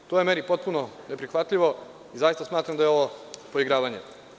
To je meni potpuno neprihvatljivo i zaista smatram da je ovo poigravanje.